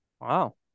Wow